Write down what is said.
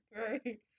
Right